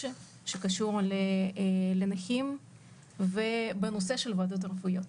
שקשור לנכים בנושא הוועדות הרפואיות.